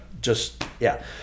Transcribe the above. just—yeah